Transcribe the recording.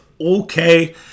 okay